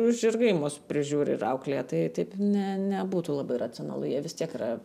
žirgai mus prižiūri ir auklėja tai taip ne nebūtų labai racionalu jie vis tiek yra